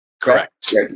Correct